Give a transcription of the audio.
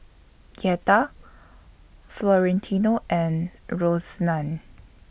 Yetta Florentino and Roseanna